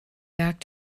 back